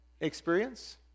experience